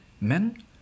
men